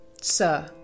Sir